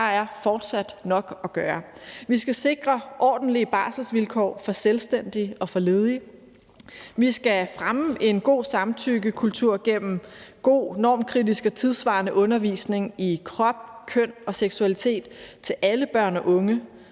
der er fortsat nok at gøre. Vi skal sikre ordentlige barselsvilkår for selvstændige og for ledige. Vi skal fremme en god samtykkekultur gennem god, normkritisk og tidssvarende undervisning i krop, køn og seksualitet for alle børn og unge.